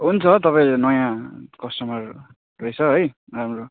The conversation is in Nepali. हुन्छ तपाईँ नयाँ कस्टमर रहेछ है राम्रो